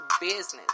business